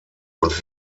und